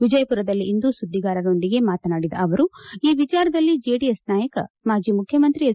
ವಿಜಯಪುರದಲ್ಲಿಂದು ಸುದ್ದಿಗಾರರೊಂದಿಗೆ ಮಾತನಾಡಿದ ಅವರು ಈ ವಿಚಾರದಲ್ಲಿ ಜೆಡಿಎಸ್ ನಾಯಕ ಮಾಜಿ ಮುಖ್ಯಮಂತ್ರಿ ಎಚ್